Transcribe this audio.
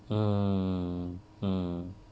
mm mm